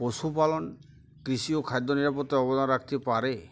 পশুপালন কৃষি ও খাদ্য নিরাপত্তায় অবদান রাখতে পারে